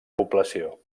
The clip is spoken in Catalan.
població